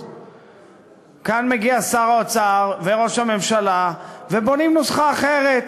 כאן מגיעים שר האוצר וראש הממשלה ובונים נוסחה אחרת,